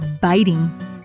biting